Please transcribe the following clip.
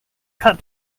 cut